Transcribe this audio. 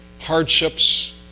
hardships